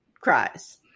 cries